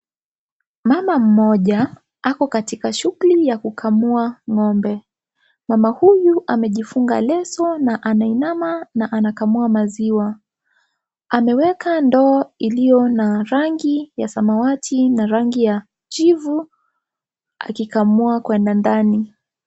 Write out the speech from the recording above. Mama mmoja ako katika shughuli ya kukamua ng'ombe mama huyu amejifunga leso na anainama na anakamua maziwa, ameweka ndoo iliyo na rangi ya samawati na rangi ya kijivu akikamua kwenda ndani.